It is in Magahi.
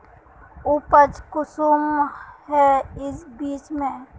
उपज कुंसम है इस बीज में?